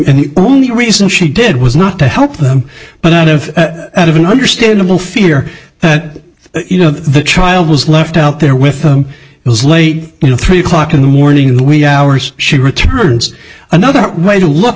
in the only reason she did was not to help them but out of out of an understandable fear that you know the child was left out there with them it was late you know three o'clock in the morning in the wee hours she returned another way to look